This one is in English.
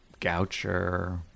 Goucher